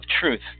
truth